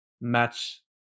Match